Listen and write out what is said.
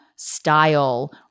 style